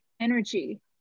energy